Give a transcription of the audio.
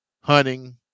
hunting